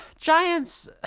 Giants